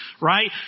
Right